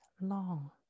long